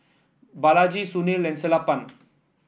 Balaji Sunil and Sellapan